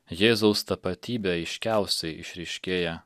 jėzaus tapatybė aiškiausiai išryškėja